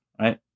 right